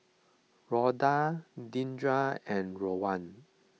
Rhoda Deandra and Rowan